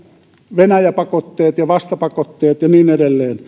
venäjä pakotteet ja vastapakotteet ja niin edelleen